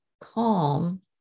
calm